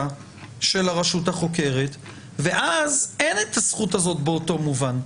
של הרשות החוקרת ואז אין את הזכות הזאת באותו מובן.